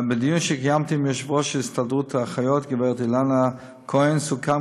בדיון שקיימתי עם יושבת-ראש הסתדרות האחיות הגברת אילנה כהן סוכם